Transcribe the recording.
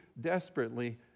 desperately